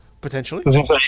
Potentially